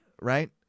right